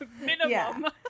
Minimum